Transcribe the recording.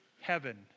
heaven